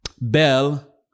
Bell